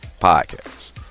podcast